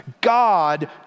God